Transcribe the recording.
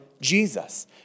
Jesus